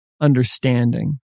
understanding